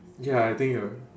ya I think you're